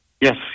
Yes